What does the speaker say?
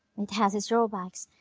it has its drawbacks.